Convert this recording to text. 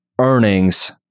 earnings